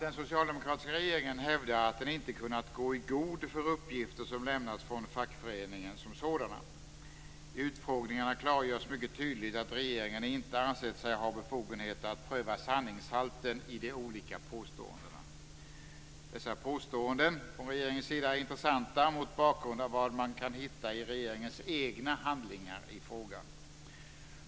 Den socialdemokratiska regeringen hävdar att den inte kunnat gå i god för uppgifter som lämnats från fackföreningen. I utfrågningarna klargörs mycket tydligt att regeringen inte ansett sig ha befogenheter att pröva sanningshalten i de olika påståendena. Dessa uttalanden från regeringens sida är intressanta mot bakgrund av vad man kan hitta i regeringens egna handlingar i frågan.